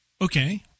Okay